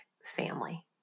family